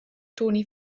toni